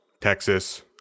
Texas